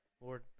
Lord